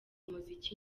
umuziki